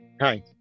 Hi